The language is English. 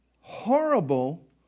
horrible